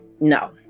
no